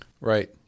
right